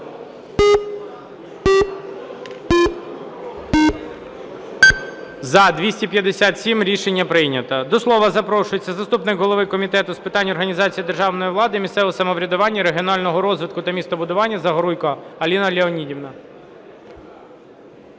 За-257 Рішення прийнято. До слова запрошується заступник голови Комітету з питань організації державної влади, місцевого самоврядування, регіонального розвитку та містобудування Загоруйко Аліна Леонідівна.